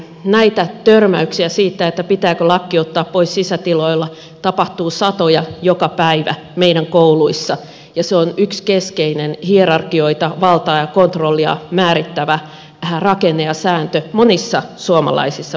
näitä törmäyksiä siitä pitääkö lakki ottaa pois sisätiloissa tapahtuu satoja joka päivä meidän kouluissamme ja se on yksi keskeinen hierarkioita valtaa ja kontrollia määrittävä rakenne ja sääntö monissa suomalaisissa peruskouluissa